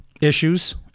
issues